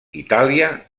itàlia